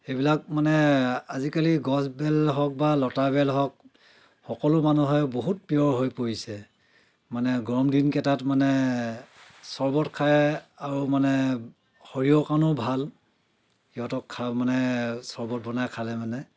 এইবিলাক মানে আজিকালি গছ বেল হওক বা লতা বেল হওক সকলো মানুহে বহুত প্ৰিয় হৈ পৰিছে মানে গৰম দিনকেইটাত মানে চৰ্বত খায় আৰু মানে শৰীৰৰ কাৰণেও ভাল সিহঁতক খা মানে চৰ্বত বনাই খালে মানে